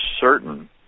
certain